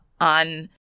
on